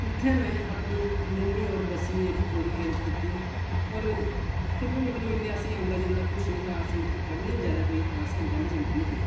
उत्थै में अपनी नौमीं और दसमीं जेह्ड़ी पूरी करी कीती और फिर बी मतलब इन्ना असेंगी औंदा जंदा कुछ नेईं था अस मतलब पढ़ने गी बी ज्यादा कोई खास इंटैलीजैंट नेईं थे